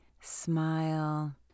Smile